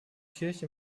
kirche